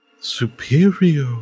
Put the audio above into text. superior